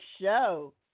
show